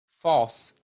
false